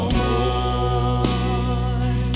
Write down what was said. more